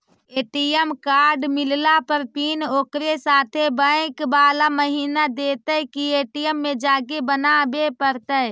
ATM card मिलला पर PIN ओकरे साथे बैक बाला महिना देतै कि ए.टी.एम में जाके बना बे पड़तै?